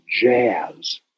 jazz